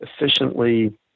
efficiently